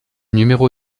numéro